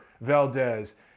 Valdez